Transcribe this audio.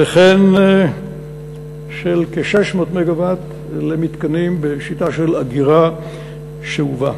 וכן של כ-600 מגה-ואט למתקנים בשיטה של אגירה שאובה.